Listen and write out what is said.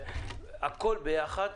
והכול ביחד,